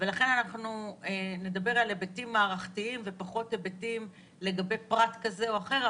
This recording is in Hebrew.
ולכן אנחנו נדבר על היבטים מערכתיים ופחות היבטים לגבי פרט כזה או אחר.